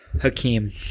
Hakeem